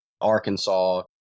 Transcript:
Arkansas